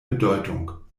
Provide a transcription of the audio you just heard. bedeutung